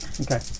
Okay